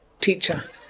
teacher